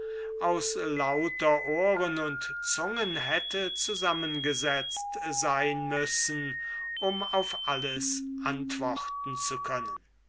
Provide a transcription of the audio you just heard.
aus lauter ohren und zungen hätte zusammengesetzt sein müssen um auf alles antworten zu können